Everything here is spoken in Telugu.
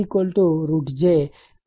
అది z √ j j12